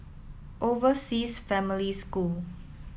Overseas Family School